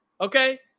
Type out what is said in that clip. okay